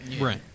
Right